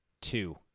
Two